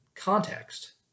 context